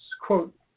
quote